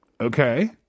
Okay